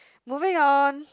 moving on